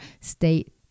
state